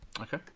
Okay